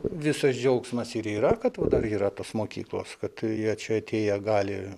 visas džiaugsmas ir yra kad vat dar yra tos mokyklos kad jie čia atėję gali